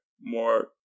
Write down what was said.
more